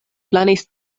planis